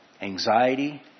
Anxiety